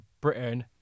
britain